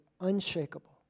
unshakable